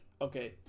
Okay